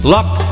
Luck